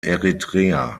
eritrea